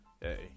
Hey